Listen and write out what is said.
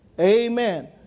Amen